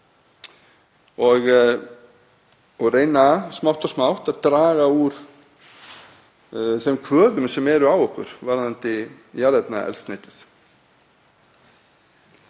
og reyna smátt og smátt að draga úr þeim kvöðum sem eru á okkur varðandi jarðefnaeldsneytið.